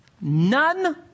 none